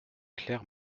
clair